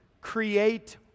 create